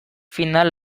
final